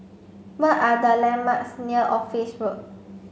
what are the landmarks near Office Road